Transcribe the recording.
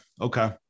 Okay